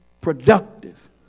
productive